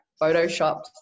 photoshopped